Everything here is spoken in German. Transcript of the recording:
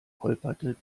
holperte